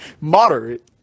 Moderate